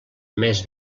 més